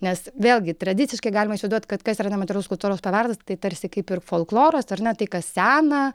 nes vėlgi tradiciškai galima įsivaizduot kad kas yra nematerialus kultūros paveldas tai tarsi kaip ir folkloras ar ne tai kas sena